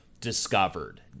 discovered